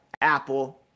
Apple